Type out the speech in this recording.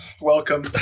welcome